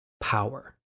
power